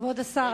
כבוד השר,